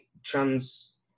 Trans